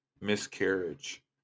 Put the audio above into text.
miscarriage